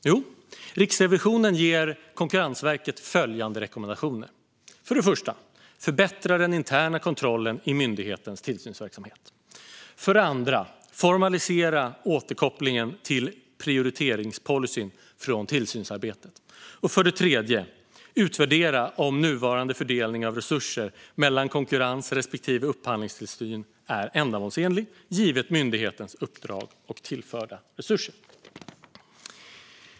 Jo, Riksrevisionen ger Konkurrensverket följande rekommendationer: att förbättra den interna kontrollen i myndighetens tillsynsverksamhet att formalisera återkopplingen till prioriteringspolicyn från tillsynsarbetet att utvärdera om nuvarande fördelning av resurser mellan konkurrens respektive upphandlingstillsyn är ändamålsenlig, givet myndighetens uppdrag och tillförda resurser.